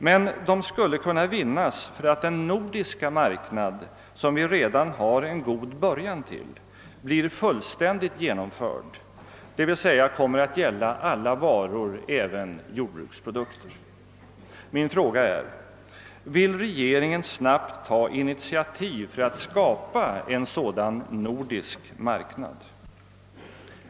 Men de skulle kunna vinnas för att den nordiska marknad som vi redan har en god början till blir fullständigt genomförd, d. v. s. kommer att gälla alla varor, även jordbruksprodukter. Min fråga är: Vill regeringen snabbt ta initiativ för att skapa en sådan nordisk marknad?